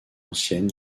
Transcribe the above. ancienne